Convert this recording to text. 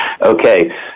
Okay